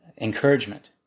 encouragement